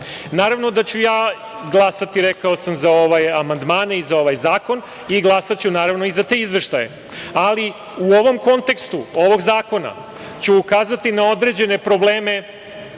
Naravno da ću ja glasati, rekao sam, za ove amandmane i za ovaj zakon i glasaću naravno i za te izveštaje, ali u ovom kontekstu ovog zakona ću ukazati na određene probleme